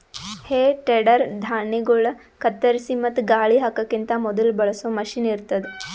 ಹೇ tedder ಧಾಣ್ಣಿಗೊಳ್ ಕತ್ತರಿಸಿ ಮತ್ತ ಗಾಳಿ ಹಾಕಕಿಂತ ಮೊದುಲ ಬಳಸೋ ಮಷೀನ್ ಇರ್ತದ್